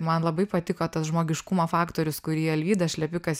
man labai patiko tas žmogiškumo faktorius kurį alvydas šlepikas